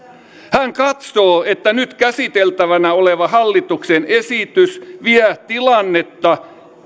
hän katsoo että nyt käsiteltävänä oleva hallituksen esitys vie tilannetta